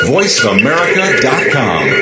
VoiceAmerica.com